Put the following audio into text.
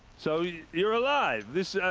so you. you're alive! this ah.